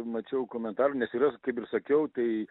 mačiau komentarų nes yra kaip ir sakiau tai